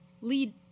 lead